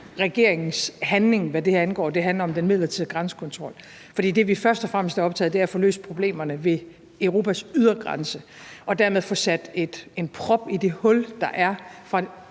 det her angår, handler om den midlertidige grænsekontrol. For det, vi først og fremmest er optaget af, er at få løst problemerne ved Europas ydre grænse og dermed få sat en prop i det hul, der er fra